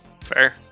Fair